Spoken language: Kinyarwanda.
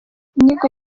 inyigo